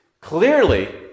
Clearly